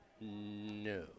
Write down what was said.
No